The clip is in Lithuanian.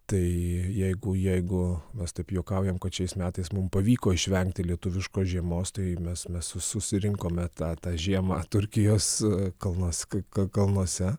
tai jeigu jeigu mes taip juokaujam kad šiais metais mum pavyko išvengti lietuviškos žiemos tai mes mes su susirinkome tą tą žiemą turkijos kalnuose